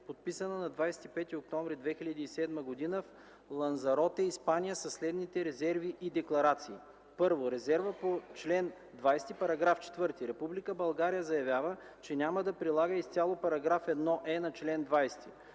подписана на 25 октомври 2007 г. в Ланзароте, Испания със следните резерви и декларации: 1. Резерва по чл. 20, параграф 4: „Република България заявява, че няма да прилага изцяло параграф 1е на чл. 20.”